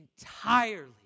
entirely